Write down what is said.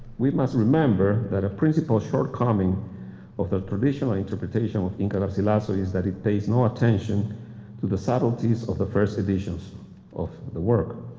we must remember that a principal shortcoming of the traditional interpretation with inca garcilaso is that it pays no attention to the subtleties of the first editions of the work.